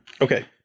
Okay